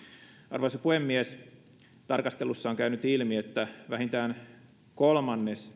arvoisa puhemies tarkastelussa on käynyt ilmi että vähintään kolmannes